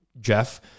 Jeff